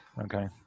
okay